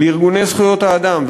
לארגוני זכויות האדם,